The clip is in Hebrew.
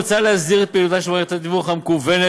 מוצע להסדיר את פעילותה של מערכת התיווך המקוונת